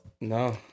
no